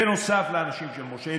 בנוסף לאנשים של מש"ה,